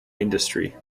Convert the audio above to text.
industry